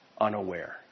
unaware